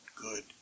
good